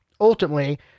ultimately